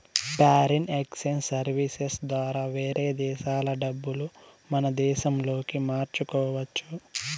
foreign exchange services ద్వారా వేరే దేశాల డబ్బులు మన దేశంలోకి మార్చుకోవచ్చు